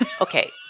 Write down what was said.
okay